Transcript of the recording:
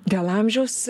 dėl amžiaus